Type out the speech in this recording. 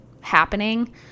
happening